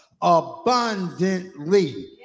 Abundantly